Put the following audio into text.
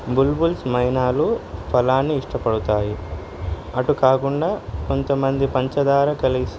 bulbuls మైనాలు ఫలాన్ని ఇష్టపడతాయి అటు కాకుండా కొంతమంది పంచదార కలిగిసి